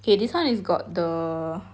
okay this [one] is got the